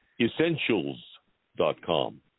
Essentials.com